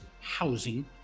housing